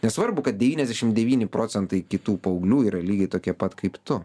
nesvarbu kad devyniasdešim devyni procentai kitų paauglių yra lygiai tokie pat kaip tu